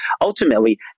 ultimately